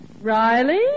Riley